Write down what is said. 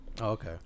Okay